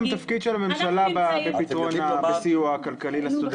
תפקיד של הממשלה בסיוע הכלכלי לסטודנטים.